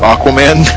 Aquaman